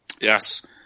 Yes